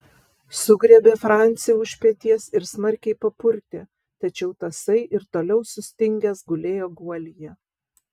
sugriebė francį už peties ir smarkiai papurtė tačiau tasai ir toliau sustingęs gulėjo guolyje